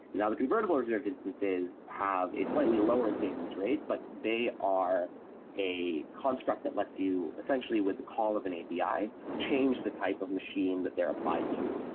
now the convertible reserved instances have a slightly lower savings rate, but they are a construct that lets you, essentially with the call of an api, change the type of machine that they're applied to,